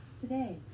Today